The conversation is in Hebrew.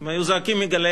הם היו זועקים מגלי